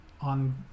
on